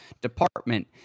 department